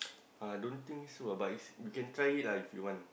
uh don't think so ah but is you can try it lah if you want